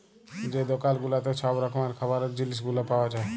যে দকাল গুলাতে ছব রকমের খাবারের জিলিস গুলা পাউয়া যায়